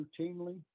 routinely